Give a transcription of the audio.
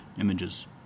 images